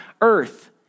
earth